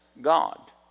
God